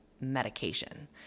medication